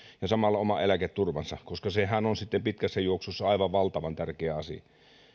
ja samalla oman eläketurvansa koska sehän on sitten pitkässä juoksussa aivan valtavan tärkeä asia